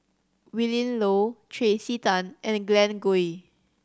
Willin Low Tracey Tan and Glen Goei